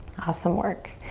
awesome work.